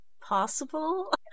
possible